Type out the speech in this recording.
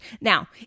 Now